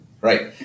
Right